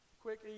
quick